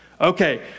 Okay